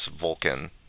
Vulcan